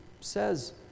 says